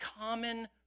common